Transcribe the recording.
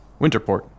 Winterport